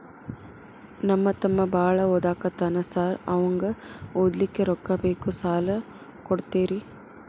ನಮ್ಮ ತಮ್ಮ ಬಾಳ ಓದಾಕತ್ತನ ಸಾರ್ ಅವಂಗ ಓದ್ಲಿಕ್ಕೆ ರೊಕ್ಕ ಬೇಕು ಸಾಲ ಕೊಡ್ತೇರಿ?